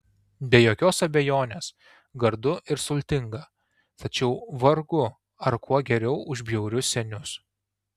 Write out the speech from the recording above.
be jokios abejonės gardu ir sultinga tačiau vargu ar kuo geriau už bjaurius senius